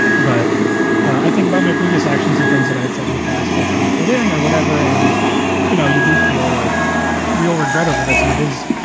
but i think about my previous actions and things that i'd said in the past while trying to fit in or whatever. and you know, you do feel like real regret over this. and it is,